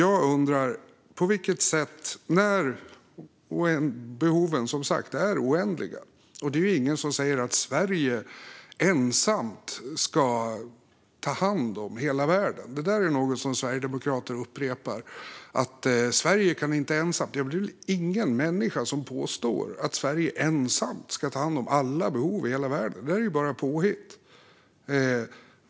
Behoven är som sagt oändliga, och det är ingen som säger att Sverige ensamt ska ta hand om hela världen. Detta är ju något som sverigedemokrater upprepar: Sverige kan inte göra detta ensamt. Det är ingen människa som påstår att Sverige ensamt ska ta hand om alla behov i hela världen. Det är bara påhitt.